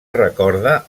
recorda